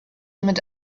mit